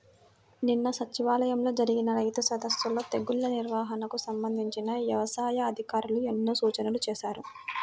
నిన్న సచివాలయంలో జరిగిన రైతు సదస్సులో తెగుల్ల నిర్వహణకు సంబంధించి యవసాయ అధికారులు ఎన్నో సూచనలు చేశారు